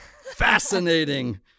Fascinating